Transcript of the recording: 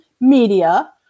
media